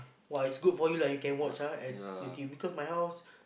!woah! it's good for you lah you can watch ah at you T_V because my house